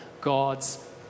God's